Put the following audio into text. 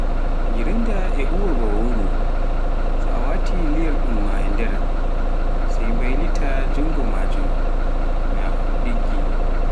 grinda e huuwa baa wowro, so a waati liyorɗun maa nder sai mbaylitaa junngo maajun naa un ɗiggi.